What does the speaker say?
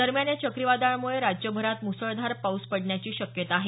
दरम्यान या चक्रीवादळामुळे राज्यभरात मुसळधार पाऊस पडण्याची शक्यता आहे